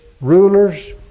rulers